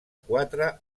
quatre